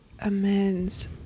amends